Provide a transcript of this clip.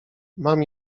mam